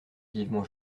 vivement